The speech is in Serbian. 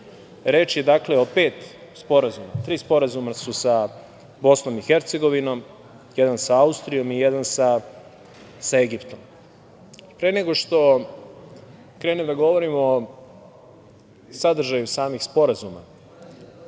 reč je dakle o pet sporazuma, tri sporazuma su sa BiH, jedan sa Austrijom i jedan sa Egiptom. Pre nego što krenem da govorim o sadržaju samih sporazuma,